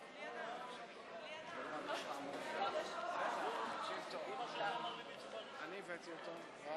יש